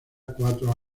cuatro